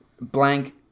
blank